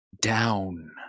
Down